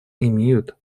имеют